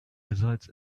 results